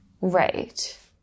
Right